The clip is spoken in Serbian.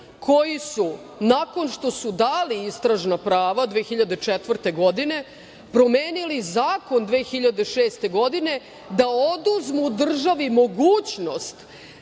koji su nakon što su dali istražna prava 2004. godine promenili zakon 2006. godine da oduzmu državi mogućnost